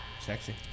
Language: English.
Sexy